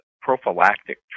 prophylactic